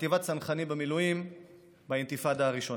בחטיבת צנחנים במילואים באינתיפאדה הראשונה.